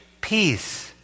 peace